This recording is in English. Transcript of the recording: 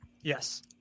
Yes